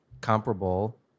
comparable